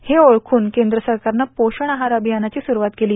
हे ओळखून केंद्र सरकारनं पोषण आहार अभियानाची सुरवात केली